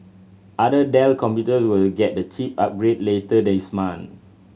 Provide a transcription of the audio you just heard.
other Dell computers will get the chip upgrade later this month